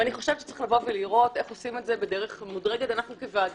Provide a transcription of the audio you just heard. ואני חושבת שצריך לראות איך עושים את זה בדרך מודרגת אנחנו כוועדה.